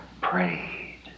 prayed